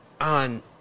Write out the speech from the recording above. on